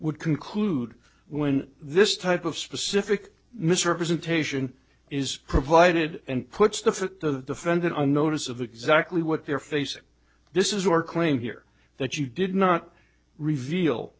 would conclude when this type of specific misrepresentation is provided and puts the defendant on notice of exactly what they're facing this is your claim here that you did not reveal